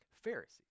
Pharisees